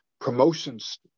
promotions